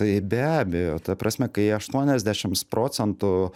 tai be abejo ta prasme kai aštuoniasdešims procentų